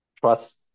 trust